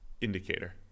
indicator